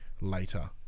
later